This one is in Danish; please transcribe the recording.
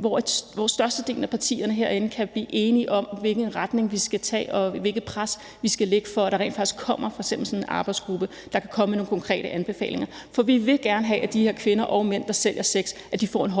hvor størstedelen af partierne herinde kan blive enige om, hvilken retning vi skal tage, og hvilket pres vi skal lægge, for at der rent faktisk kommer f.eks. sådan en arbejdsgruppe, der kan komme med nogle konkrete anbefalinger. For vi vil gerne have, at de her kvinder og mænd, der sælger sex, får en højere